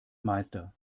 meister